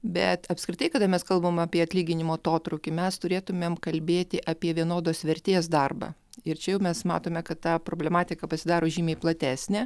bet apskritai kada mes kalbam apie atlyginimų atotrūkį mes turėtumėm kalbėti apie vienodos vertės darbą ir čia jau mes matome kad ta problematika pasidaro žymiai platesnė